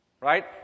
Right